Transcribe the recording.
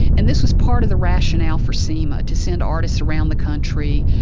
and this was part of the rationale for cema, to send artists around the country,